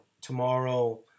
tomorrow